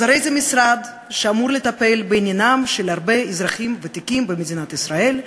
זה משרד שאמור לטפל בעניינם של הרבה אזרחים ותיקים במדינת ישראל,